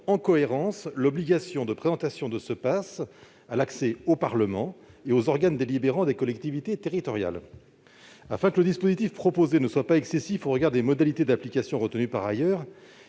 en cohérence l'obligation de présentation de ce passe à l'accès au Parlement et aux organes délibérants des collectivités territoriales. Afin que le dispositif proposé ne soit pas excessif au regard des modalités d'application retenues par ailleurs,